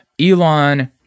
Elon